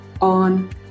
on